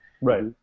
Right